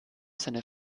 seine